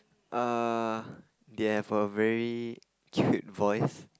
uh they have a very cute voice